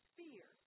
fear